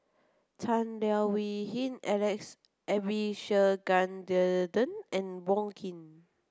Tan Leo Wee Hin Alex Abisheganaden and Wong Keen